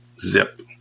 zip